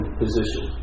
position